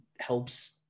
helps